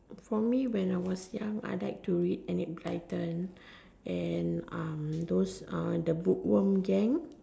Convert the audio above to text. for me when I was young I like to read enid blyton and um those uh the book worm gang